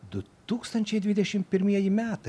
du tūkstančiai dvidešim pirmieji metai